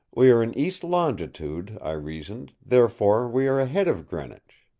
we are in east longitude, i reasoned, therefore we are ahead of greenwich.